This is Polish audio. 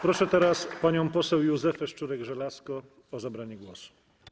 Proszę teraz panią poseł Józefę Szczurek-Żelazko o zabranie głosu.